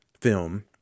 film